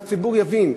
הציבור יבין.